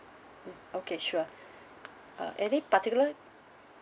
mm okay sure uh any particular